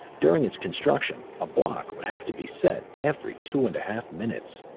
during its construction, a block would have to be set every two and half minutes.